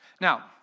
Now